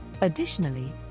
Additionally